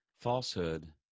falsehood